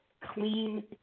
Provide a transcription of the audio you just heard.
clean